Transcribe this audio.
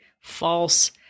false